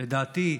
לדעתי,